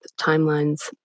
timelines